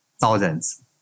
thousands